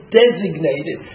designated